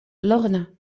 lorna